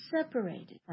separated